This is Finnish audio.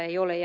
kun ed